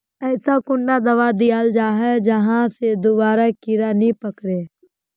ऐसा कुन दाबा दियाल जाबे जहा से दोबारा कीड़ा नी पकड़े?